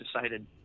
decided